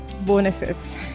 Bonuses